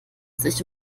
sich